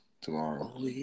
tomorrow